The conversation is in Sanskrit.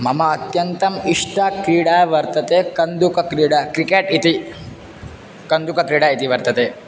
मम अत्यन्तम् इष्टा क्रीडा वर्तते कन्दुकक्रीडा क्रिकेट् इति कन्दुकक्रीडा इति वर्तते